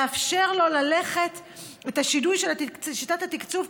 לאפשר לו את השינוי של שיטת התקצוב,